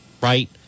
right